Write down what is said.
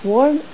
Warm